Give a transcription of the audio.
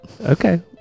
Okay